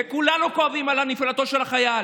וכולנו כואבים את נפילתו של החייל.